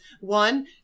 One